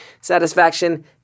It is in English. Satisfaction